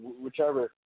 whichever